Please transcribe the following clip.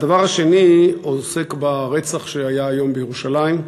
הדבר השני עוסק ברצח שהיה היום בירושלים.